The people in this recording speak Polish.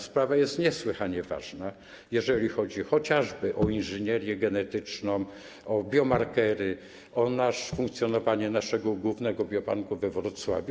Sprawa jest niesłychanie ważna, jeżeli chodzi chociażby o inżynierię genetyczną, o biomarkery, o funkcjonowanie naszego głównego biobanku we Wrocławiu.